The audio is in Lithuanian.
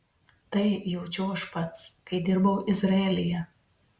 tai jaučiau aš pats kai dirbau izraelyje